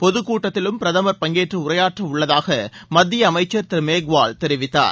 பொதுக்கூட்டத்திலும் பிரதமர் பங்கேற்று உரையாற்றவுள்ளதாக மத்திய அமைச்சர் திரு மேஹ்வால் தெரிவித்தார்